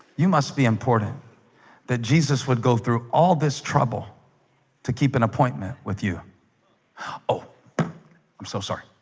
you must be important that jesus would go through all this trouble to keep an appointment with you oh i'm so sorry.